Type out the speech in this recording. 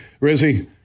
Rizzy